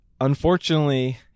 unfortunately